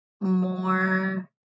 more